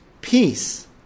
Peace